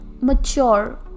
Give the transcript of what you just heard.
mature